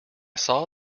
saw